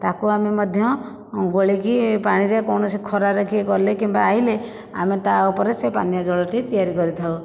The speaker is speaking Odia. ତାକୁ ଆମେ ମଧ୍ୟ ଗୋଳେଇକି ପାଣିରେ କୌଣସି ଖରାରେ କିଏ ଗଲେ କିମ୍ବା ଆଇଲେ ଆମେ ତା' ଉପରେ ସେଇ ପାନୀୟ ଜଳଟି ତିଆରି କରିଥାଉ